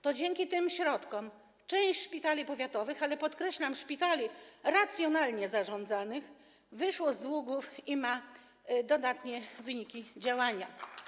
To dzięki tym środkom część szpitali powiatowych - ale podkreślam: szpitali racjonalnie zarządzanych - wyszło z długów i ma dodatnie wyniki działania.